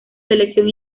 selección